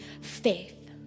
faith